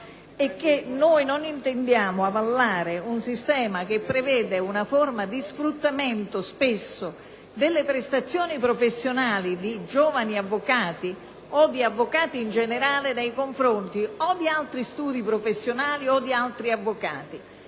Noi non intendiamo avallare un sistema che prevede una forma di sfruttamento delle prestazioni professionali dei giovani avvocati o di avvocato in generale nei confronti di altri studi professionali o di altri avvocati.